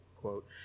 quote